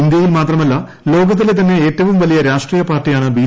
ഇന്ത്യയിൽ മാത്രമല്ല ലോകത്തിലെ തന്നെ ഏറ്റവും വലിയ രാഷ്ട്രീയ പാർട്ടിയാണ് ബി